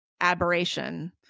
aberration